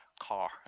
car